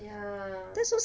ya